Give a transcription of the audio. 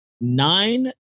nine